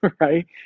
right